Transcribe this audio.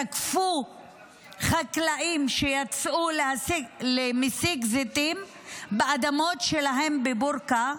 תקפו חקלאים שיצאו למסיק זיתים באדמות שלהם בבורקה,